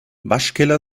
waschkeller